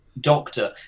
Doctor